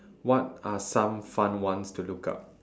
what are some fun ones to look up